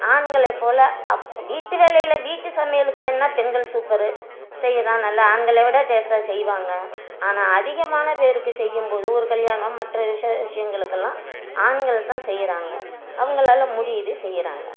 ஆண்களை போல் அப் வீட்டு வேலையில வீட்டு சமையலுக்கு வேணும்னா பெண்கள் சூப்பர் செய்யலாம் நல்லா ஆண்களை விட டேஸ்டாக செய்வாங்க ஆனால் அதிகமான பேருக்கு செய்யும் போது ஒரு கல்யாணம் மற்ற விசேஷங்களுக்கெல்லாம் ஆண்கள் தான் செய்கிறாங்க அவங்களால முடியுது செய்கிறாங்க